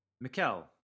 Mikel